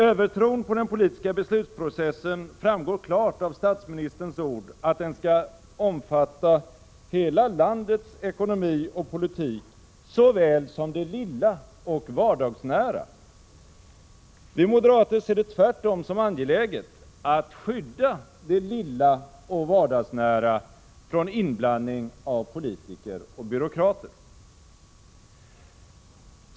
Övertron på den politiska beslutsprocessen framgår klart av statsministerns uttalande att den skall omfatta såväl hela landets ekonomi och politik som det lilla och vardagsnära. Vi moderater ser det tvärtom som angeläget att skydda det lilla och vardagsnära från inblandning av politiker och byråkrater.